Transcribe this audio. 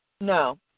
No